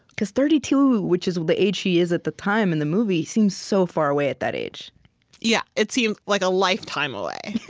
because thirty two, which is the age she is at the time, in the movie, seems so far away at that age yeah, it seemed like a lifetime away,